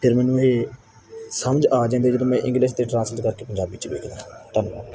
ਫਿਰ ਮੈਨੂੰ ਇਹ ਸਮਝ ਆ ਜਾਂਦੀ ਜਦੋਂ ਮੈਂ ਇੰਗਲਿਸ਼ 'ਤੇ ਟ੍ਰਾਂਸਲੇਟ ਕਰਕੇ ਪੰਜਾਬੀ 'ਚ ਵੇਖਦਾ ਧੰਨਵਾਦ